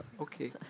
Okay